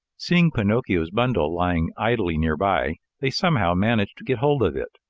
seeing pinocchio's bundle lying idle near-by, they somehow managed to get hold of it.